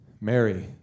Mary